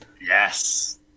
Yes